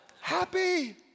Happy